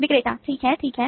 विक्रेता ठीक है ठीक है